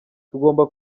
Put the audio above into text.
tugomba